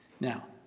Now